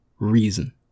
reason